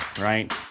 right